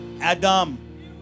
Adam